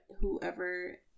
whoever